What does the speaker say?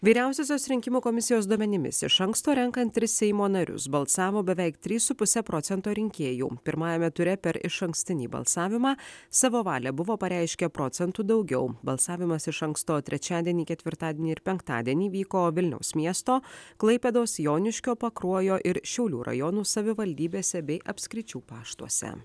vyriausiosios rinkimų komisijos duomenimis iš anksto renkant tris seimo narius balsavo beveik trys su puse procento rinkėjų pirmajame ture per išankstinį balsavimą savo valią buvo pareiškę procentų daugiau balsavimas iš anksto trečiadienį ketvirtadienį ir penktadienį vyko vilniaus miesto klaipėdos joniškio pakruojo ir šiaulių rajonų savivaldybėse bei apskričių paštuose